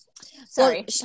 Sorry